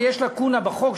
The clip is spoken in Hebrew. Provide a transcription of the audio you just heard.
ויש לקונה בחוק,